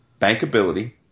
bankability